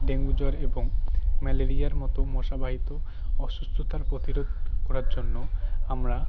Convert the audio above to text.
dengue জ্বর এবং ম্যালেরিয়ার মতো মশাবায়িত অসুস্থতার প্রতিরোদ করার জন্য আমরা